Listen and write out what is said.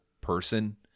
person